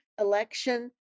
election